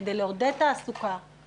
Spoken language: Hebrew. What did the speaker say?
כדי לעודד תעסוקה,